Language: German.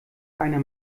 einer